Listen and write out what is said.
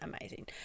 amazing